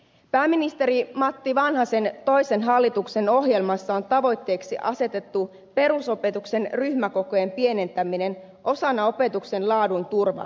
pääministeri matti vanhasen toisen hallituksen ohjelmassa on tavoitteeksi asetettu perusopetuksen ryhmäkokojen pienentäminen osana opetuksen laadun turvaamista